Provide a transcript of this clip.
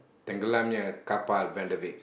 tenggelamnya kapal Van-Der-Wijck